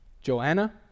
Joanna